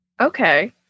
Okay